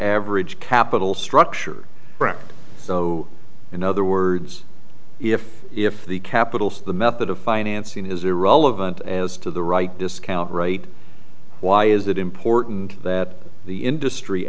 average capital structure so in other words if if the capital the method of financing is irrelevant as to the right discount rate why is it important that the industry